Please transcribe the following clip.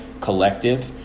collective